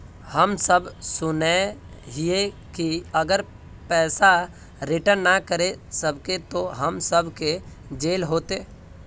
हम सब सुनैय हिये की अगर पैसा रिटर्न ना करे सकबे तो हम सब के जेल होते?